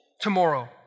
tomorrow